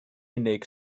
unig